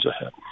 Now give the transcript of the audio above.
ahead